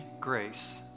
grace